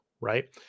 right